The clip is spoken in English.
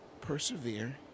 persevere